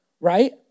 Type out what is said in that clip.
right